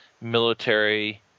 military